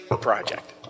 project